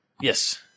Yes